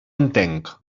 entenc